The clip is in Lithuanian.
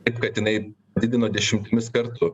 taip kad jinai didino dešimtimis kartų